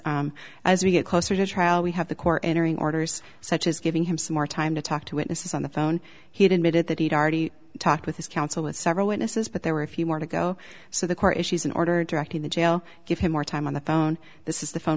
access as we get closer to trial we have the court entering orders such as giving him some more time to talk to witnesses on the phone he did it that he'd already talked with his counsel with several witnesses but there were a few more to go so the court issues an order directing the jail give him more time on the phone this is the phone